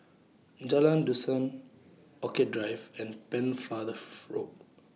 Jalan Dusan Orchid Drive and Pennefather Road